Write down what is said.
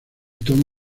toma